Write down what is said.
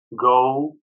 go